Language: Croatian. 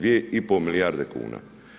2,5 milijarde kuna.